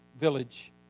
village